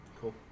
cool